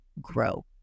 grow